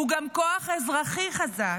הוא גם כוח אזרחי חזק.